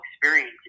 experience